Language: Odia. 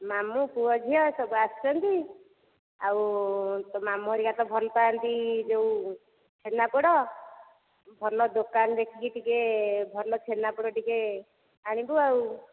ମାମୁଁ ପୁଅ ଝିଅ ସବୁ ଆସିଛନ୍ତି ଆଉ ତୋ ମାମୁଁ ହରିକା ତ ଭଲପାଆନ୍ତି ଯେଉଁ ଛେନାପୋଡ଼ ଭଲ ଦୋକାନ ଦେଖିକି ଟିକିଏ ଭଲ ଛେନାପୋଡ଼ ଟିକିଏ ଆଣିବୁ ଆଉ